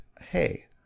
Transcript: hey